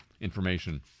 information